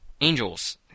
angels